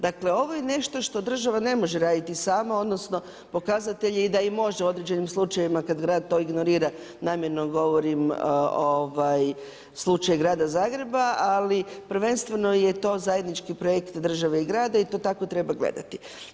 Dakle ovo je nešto što država ne može raditi sama odnosno pokazatelj je da i može u određenim slučajevima kada grad to ignorira, namjerno govorim slučaj grada Zagreba, ali prvenstveno je to zajednički projekt države i grada i to tako treba gledati.